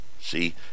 See